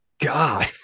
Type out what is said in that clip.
God